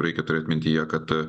reikia turėt mintyje kad